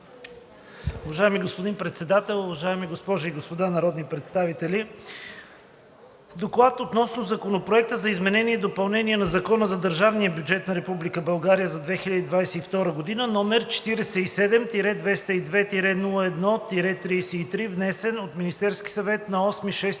Уважаеми господин Председател, уважаеми госпожи и господа народни представители! „ДОКЛАД относно Законопроект за изменение и допълнение на Закона за държавния бюджет на Република България за 2022 г., № 47-202-01-33, внесен от Министерския съвет на 8